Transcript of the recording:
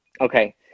okay